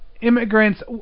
Immigrants